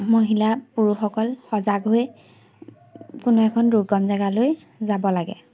মহিলা পুৰুষসকল সজাগ হৈ কোনো এখন দুৰ্গম জেগালৈ যাব লাগে